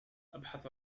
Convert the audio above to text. أبحث